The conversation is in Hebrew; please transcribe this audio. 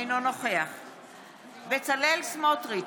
אינו נוכח בצלאל סמוטריץ'